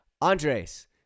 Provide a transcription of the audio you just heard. Andres